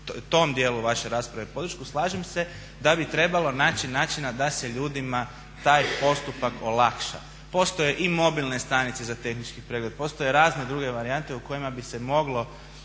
tom dijelu vaše rasprave podršku, slažem se da bi trebalo naći načina da se ljudima taj postupak olakša. Postoje i mobilne stanice za tehnički pregled, postoje razne druge varijante u kojima bi se moglo